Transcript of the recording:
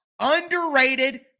underrated